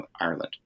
Ireland